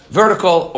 vertical